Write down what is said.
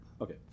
Okay